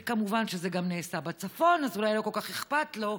וכמובן שזה נעשה בצפון, אז אולי לא כל כך אכפת לו,